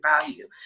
value